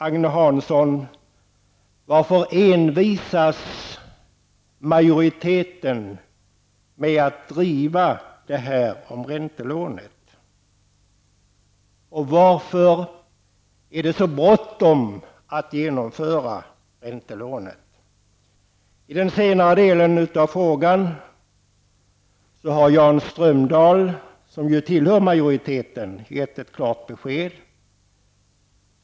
Agne Hansson frågar varför majoriteten envisas med att driva förslaget om räntelånet och varför det är så bråttom att genomföra räntelånet. När det gäller den senare delen av frågan har Jan Strömdahl, som ju tillhör majoriteten, gett klart besked.